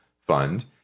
fund